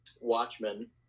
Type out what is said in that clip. Watchmen